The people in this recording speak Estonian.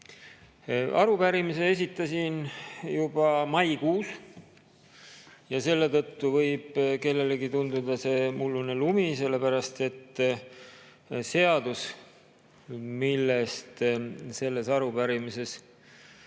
Arupärimise esitasin juba maikuus ja selle tõttu võib see kellelegi tunduda mulluse lumena, sellepärast et seadus, millest selles arupärimises